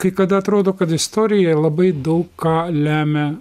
kai kada atrodo kad istorijoj labai daug ką lemia